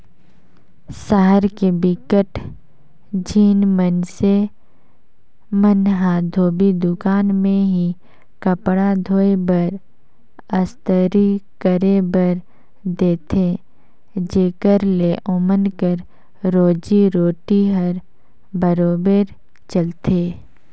सहर के बिकट झिन मइनसे मन ह धोबी दुकान में ही कपड़ा धोए बर, अस्तरी करे बर देथे जेखर ले ओमन कर रोजी रोटी हर बरोबेर चलथे